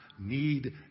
need